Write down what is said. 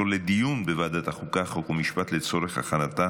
לוועדת החוקה, חוק ומשפט נתקבלה.